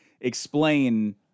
explain